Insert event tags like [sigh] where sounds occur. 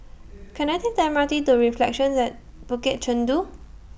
[noise] Can I Take The M R T to Reflections At Bukit Chandu